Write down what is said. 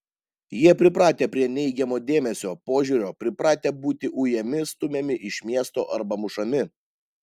jie pripratę prie neigiamo dėmesio požiūrio pripratę būti ujami stumiami iš miesto arba mušami